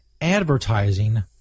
advertising